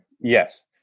yes